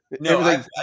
no